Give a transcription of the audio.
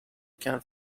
can